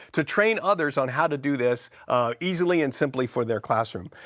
to train others on how to do this easily and simply for their classroom.